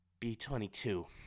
B22